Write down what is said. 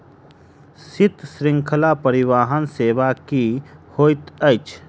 शीत श्रृंखला परिवहन सेवा की होइत अछि?